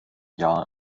jahr